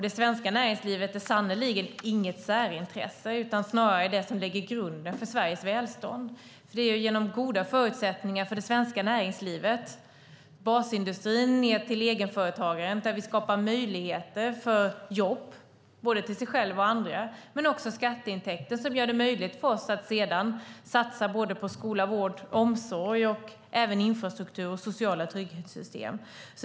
Det svenska näringslivet är sannerligen inget särintresse utan snarare det som lägger grunden för Sveriges välstånd. För det är genom goda förutsättningar för det svenska näringslivet - det gäller basindustrin ned till egenföretagaren - som vi skapar möjligheter för jobb men också skatteintäkter som gör det möjligt för oss att satsa på skola, vård, omsorg, infrastruktur och sociala trygghetssystem.